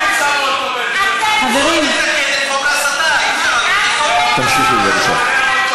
אתם, בואו נתקן את חוק ההסתה.